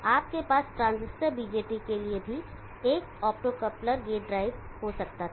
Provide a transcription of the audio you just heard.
आपके पास transistor BJT के लिए भी एक ऑप्टोकोपलर गेट ड्राइव हो सकता था